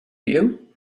you